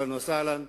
אהלן וסהלן.